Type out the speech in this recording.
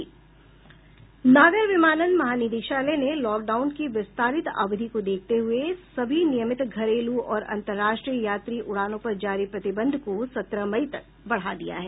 नागर विमानन महानिदेशालय ने लॉकडाउन की विस्तारित अवधि को देखते हुये सभी नियमित घरेलू और अंतरराष्ट्रीय यात्री उड़ानों पर जारी प्रतिबंध को सत्रह मई तक बढ़ा दिया है